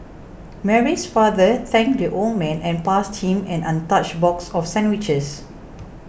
Mary's father thanked the old man and passed him an untouched box of sandwiches